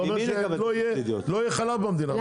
זה אומר שלא יהיה חלב במדינה.